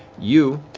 you